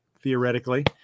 theoretically